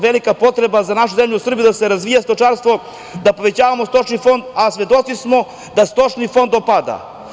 Velika potreba za našu zemlju Srbiju da se razvija stočarstvo, da povećavamo stočni fond, a svedoci smo da stočni fond opada.